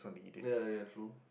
ya ya ya true